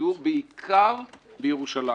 השידור בעיקר בירושלים.